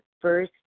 first